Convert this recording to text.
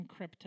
encrypted